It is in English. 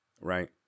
Right